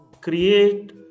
Create